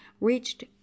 reached